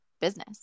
business